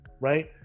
right